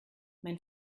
mein